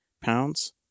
pounds